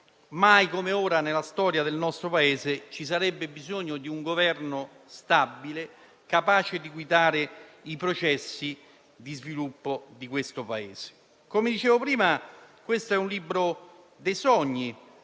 mai come ora nella storia del Paese ci sarebbe bisogno di un Governo stabile, capace di guidare i processi di sviluppo dell'Italia. Come ho detto, questo è un libro dei sogni,